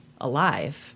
alive